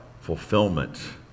fulfillment